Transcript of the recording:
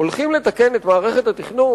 הולכים לתקן את מערכת התכנון,